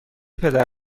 پدر